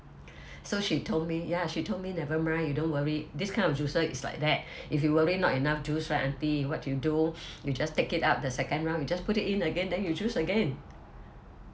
so she told me ya she told me never mind you don't worry this kind of juicer is like that if you worry not enough juice right aunty what you do you just take it up the second round you just put it in again then you juice again